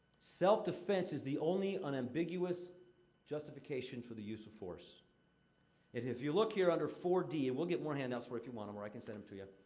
self-defense is the only unambiguous justification for the use of force. and if you look here under four d and we'll get more hand-outs for you if you want them, or i can send em to ya